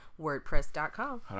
WordPress.com